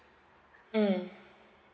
mm